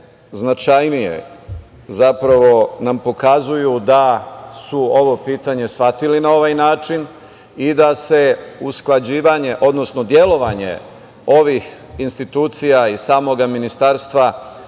značajnije zapravo nam pokazuju da su ovo pitanje shvatili na ovaj način i da se usklađivanje, odnosno delovanje ovih institucija i samog ministarstva